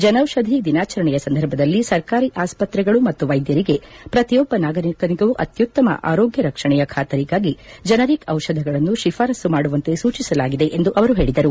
ಜನೌಷಧಿ ದಿನಾಚರಣೆಯ ಸಂದರ್ಭದಲ್ಲಿ ಸರ್ಕಾರಿ ಆಸ್ತ್ರೆಗಳು ಮತ್ತು ವೈದ್ಧರಿಗೆ ಪ್ರತಿಯೊಬ್ಲ ನಾಗರಿಕನಿಗೂ ಅತ್ಯುತ್ತಮ ಆರೋಗ್ಲ ರಕ್ಷಣೆಯ ಖಾತರಿಗಾಗಿ ಜನರಿಕ್ ಡಿಪಧಗಳನ್ನು ತಿಫಾರಸ್ತು ಮಾಡುವಂತೆ ಸೂಚಿಸಲಾಗಿದೆ ಎಂದು ಅವರು ಹೇಳದರು